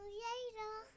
later